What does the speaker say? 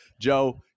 Joe